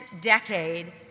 decade